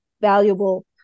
valuable